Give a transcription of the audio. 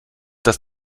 das